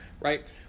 Right